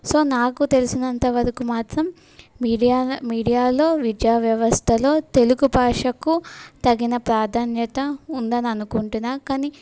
so నాకు తెలిసినంత వరకు మాత్రం మీడియా మీడియాలో విద్యా వ్యవస్థలో తెలుగు భాషకు తగిన ప్రాధాన్యత ఉండడు అనుకుంటున్న కానీ